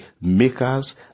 makers